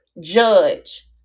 judge